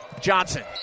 Johnson